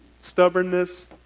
stubbornness